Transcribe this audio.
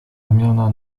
ramiona